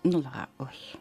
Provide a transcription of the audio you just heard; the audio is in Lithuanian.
na o aš